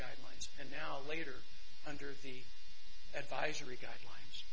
guidelines and now later under the advisory guidelines